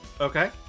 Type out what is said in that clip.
Okay